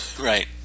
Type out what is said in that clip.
Right